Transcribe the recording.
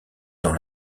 dans